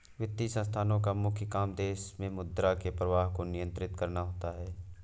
वित्तीय संस्थानोँ का मुख्य काम देश मे मुद्रा के प्रवाह को नियंत्रित करना होता है